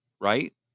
right